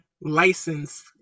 license